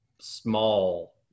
small